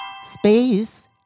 Space